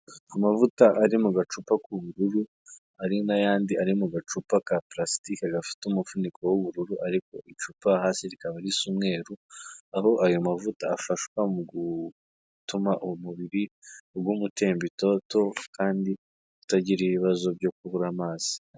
Amavuta ari mu gacupa k'ubururu, hari n'ayandi ari mu gacupa ka purasitike gafite umufuniko w'ubururu ariko icupa hasi rikaba risa umweru, aho ayo mavuta afashwa mu gutuma umubiri uguma utemba itoto kandi utagira ibibazo byo kubura amazi.